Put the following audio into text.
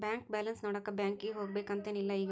bank balance ನೋಡಾಕ ಬ್ಯಾಂಕಿಗೆ ಹೋಗ್ಬೇಕಂತೆನ್ ಇಲ್ಲ ಈಗ